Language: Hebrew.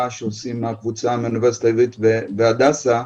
שעושה הקבוצה מהאוניברסיטה העברית והדסה,